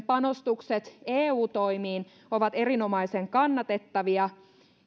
panostukset eu toimiin ovat erinomaisen kannatettavia